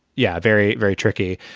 yeah. very, very tricky.